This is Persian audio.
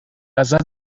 ازت